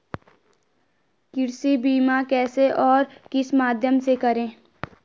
कृषि बीमा कैसे और किस माध्यम से करें?